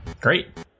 great